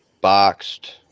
boxed